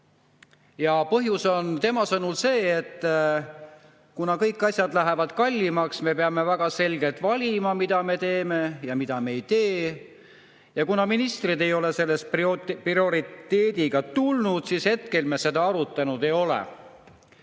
Põhjus on tema sõnul see, et kuna kõik asjad lähevad kallimaks, peame me väga selgelt valima, mida me teeme ja mida me ei tee, ja kuna ministrid ei ole selle prioriteediga [valitsuskabinetti] tulnud, siis praegu me seda arutanud ei ole.